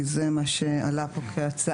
כי זה מה שעלה פה כהצעה,